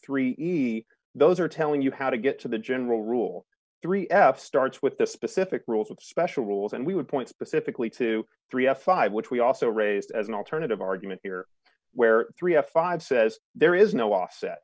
three those are telling you how to get to the general rule three f starts with the specific rules of special rules and we would point specifically to three f five which we also raised as an alternative argument here where three of five says there is no offset